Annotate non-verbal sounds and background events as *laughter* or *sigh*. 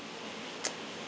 *noise*